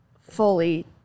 fully